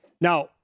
Now